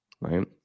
right